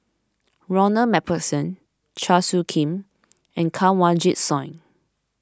Ronald MacPherson Chua Soo Khim and Kanwaljit Soin